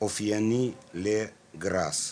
אופייני לגראס.